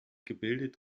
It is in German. gebildet